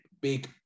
big